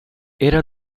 era